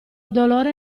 dolore